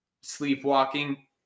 sleepwalking